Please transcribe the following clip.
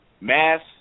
Mass